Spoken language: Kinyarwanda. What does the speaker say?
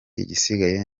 igisigaye